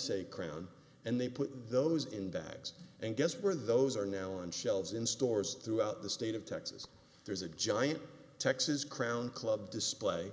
say crown and they put those in bags and guess where those are now on shelves in stores throughout the state of texas there's a giant texas crown club display